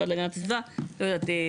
לא יודעת,